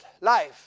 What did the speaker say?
life